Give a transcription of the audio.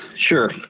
Sure